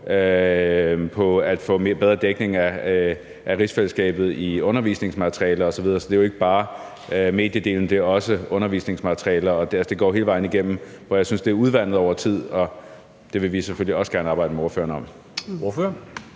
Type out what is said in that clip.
på at få bedre dækning af rigsfællesskabet i undervisningsmaterialer osv. Det er jo ikke bare mediedelen, men det er også undervisningsmaterialer. Det går hele vejen igennem, og jeg synes, at det er blevet udvandet over tid. Det vil vi selvfølgelig også gerne arbejde med ordføreren om.